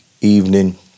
evening